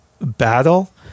battle